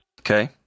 Okay